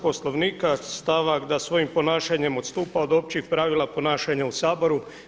Poslovnika stavak da svojim ponašanjem odstupa od općih pravila ponašanja u Saboru.